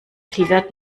klettert